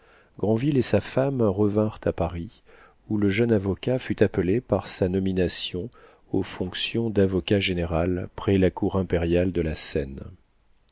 et sa femme revinrent à paris où le jeune avocat fut appelé par sa nomination aux fonctions davocat général près la cour impériale de la seine